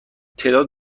تعداد